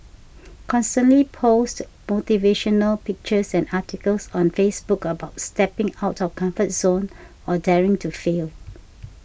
constantly post motivational pictures and articles on Facebook about stepping out of comfort zone or daring to fail